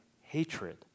hatred